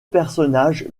personnages